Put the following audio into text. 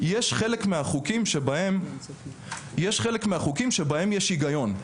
יש חלק מהחוקים שבהם יש היגיון,